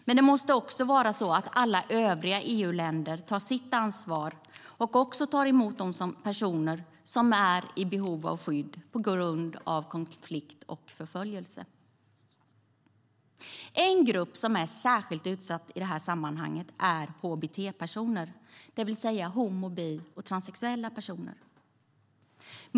Men det måste också vara så att alla övriga EU-länder tar sitt ansvar och också tar emot de personer som är i behov av skydd på grund av konflikt och förföljelse. En grupp som är särskilt utsatt i dessa sammanhang är hbt-personer, det vill säga homo, bi och transsexuella personer.